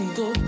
go